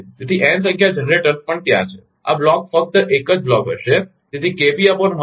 તેથી n સંખ્યા generators પણ ત્યાં છે આ બ્લોક ફક્ત એક જ બ્લોક હશે